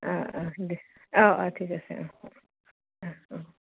অঁ অঁ দে অঁ অঁ ঠিক আছে অঁ অঁ অঁ অঁ